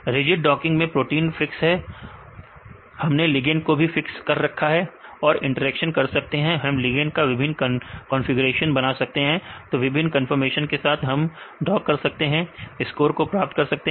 rigid docking मैं protein fix होता है हमने लिगेंड को भी फिक्स कर सकते हैं और इंटरेक्शन कर सकते हैं हम लिगेंड का विभिन्न कॉन्फ़िगरेशन बना सकते हैं तो विभिन्न कंफर्मेशन के साथ हम डॉक करते हैं और स्कोर को प्राप्त करते हैं